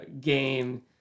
game